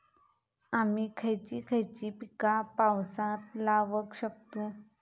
आम्ही खयची खयची पीका पावसात लावक शकतु?